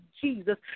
Jesus